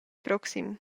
proxim